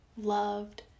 loved